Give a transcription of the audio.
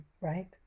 Right